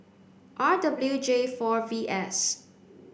R W J four V S